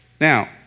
Now